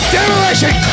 Demolition